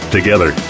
Together